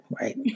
right